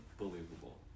unbelievable